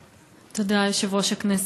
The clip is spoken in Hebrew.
תודה, יושב-ראש הכנסת.